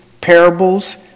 parables